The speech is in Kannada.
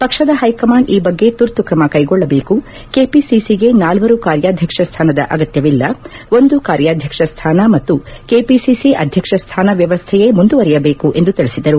ಪಕ್ಷದ ಹೈಕಮಾಂಡ್ ಈ ಬಗ್ಗೆ ತುರ್ತು ಕ್ರಮ ಕೈಗೊಳ್ಳಬೇಕು ಕೆಪಿಸಿಗೆ ನಾಲ್ವರು ಕಾರ್ಯಾಧಕ್ಷ ಸ್ಥಾನದ ಅಗತ್ಯವಿಲ್ಲ ಒಂದು ಕಾರ್ಯಾಧ್ಯಕ್ಷ ಸ್ಥಾನ ಮತ್ತು ಕೆಪಿಸಿಸಿ ಅಧ್ಯಕ್ಷ ಸ್ಥಾನ ವ್ಯವಸ್ಥೆಯೇ ಮುಂದುವರೆಯಬೇಕು ಎಂದು ತಿಳಿಸಿದರು